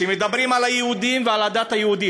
כשמדברים על היהודים ועל הדת היהודית,